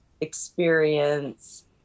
experience